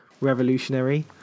revolutionary